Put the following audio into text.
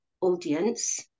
audience